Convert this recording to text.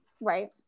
Right